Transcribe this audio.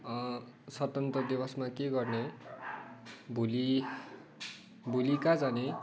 स्वतन्त्र दिवसमा के गर्ने भोलि भोलि कहाँ जाने